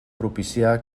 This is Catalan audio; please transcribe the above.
propiciar